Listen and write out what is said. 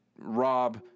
rob